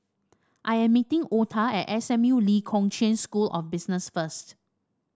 I am meeting Ota at S M U Lee Kong Chian School of Business first